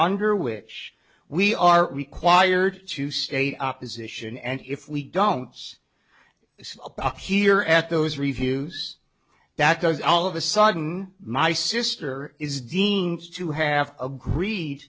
under which we are required to state opposition and if we don't see a buck here at those reviews that does all of a sudden my sister is dean's to have agreed